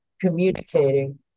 communicating